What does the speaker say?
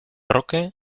roque